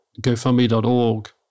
GoFundMe.org